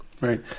Right